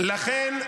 לכן,